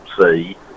see